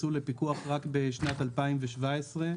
במפורש וצוין במפורש הסמכות לקבוע הוראות,